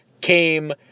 came